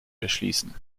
erschließen